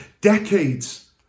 decades